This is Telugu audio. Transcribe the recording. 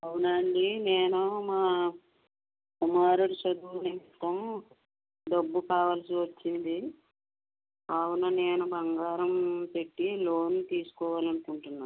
అవునండి నేను మా కుమారుడి చదువు నిమిత్తం డబ్బు కావలసి వచ్చింది అవును నేను బంగారం పెట్టి లోన్ తీసుకోవాలనుకుంటున్నాను